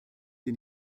den